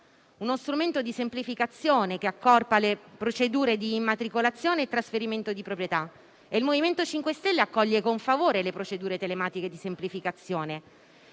uno strumento di semplificazione, che accorpa le procedure di immatricolazione e di trasferimento di proprietà. Il MoVimento 5 Stelle accoglie con favore le procedure telematiche di semplificazione.